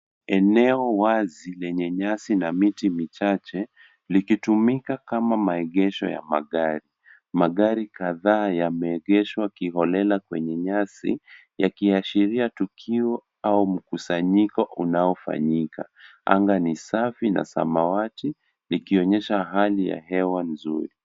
Eneo wazi lenye nyasi na miti michache likitumika kama maegesho ya magari. Magari kadhaa yameegeshwa kiholela kwenye nyasi yakiashiria tukio au mkusanyiko unaofanyika. Anga ni safi na samawati ikionyesha hali ya hewa nzuri.